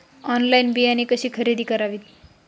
Online बियाणे कशी खरेदी करावीत?